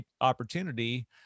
opportunity